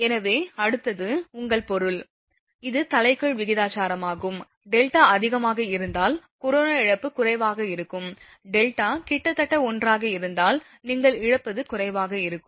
எனவே அடுத்தது உங்கள் பொருள் இது தலைகீழ் விகிதாசாரமாகும் δ அதிகமாக இருந்தால் கொரோனா இழப்பு குறைவாக இருக்கும் δ கிட்டத்தட்ட 1 ஆக இருந்தால் நீங்கள் இழப்பது குறைவாக இருக்கும்